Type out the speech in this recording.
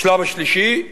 השלב השלישי,